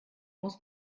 muss